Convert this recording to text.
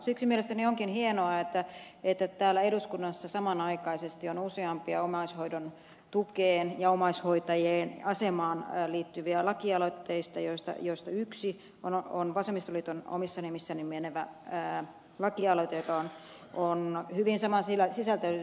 siksi mielestäni onkin hienoa että täällä eduskunnassa samanaikaisesti on useampia omaishoidon tukeen ja omaishoitajien asemaan liittyviä lakialoitteita joista yksi on vasemmistoliiton omissa nimissä menevä lakialoite joka on hyvin saman sisältöinen kuin nyt ed